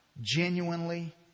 genuinely